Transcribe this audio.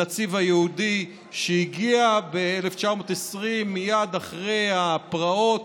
הנציב היהודי שהגיע ב-1920, מייד אחרי הפרעות,